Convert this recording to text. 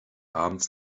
abends